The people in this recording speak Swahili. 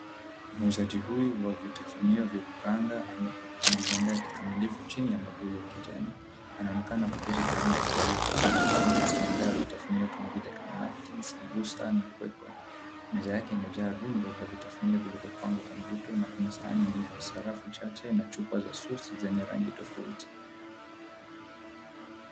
Muuzaji huyu wa vitafunio vya kukaanga amejiandaa kikamilifu chini ya mwavuli wa kijani. Anaonekana kuketi karibu na sufuria kubwa inayochemka ikiandaa vitafunio kama vile kaimati, sambusa na kwekwe. Meza yake imejaa rundo la vitafunio vilivyopangwa kwa mvuto na kuna sahani nyeupe, sarafu chache na chupa za sauce zenye rangi tofauti.